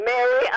Mary